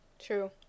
True